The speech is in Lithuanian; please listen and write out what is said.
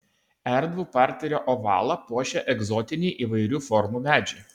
erdvų parterio ovalą puošia egzotiniai įvairių formų medžiai